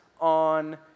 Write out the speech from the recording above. on